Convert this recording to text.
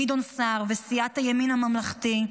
גדעון סער וסיעת הימין הממלכתי,